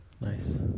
Nice